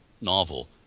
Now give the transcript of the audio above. novel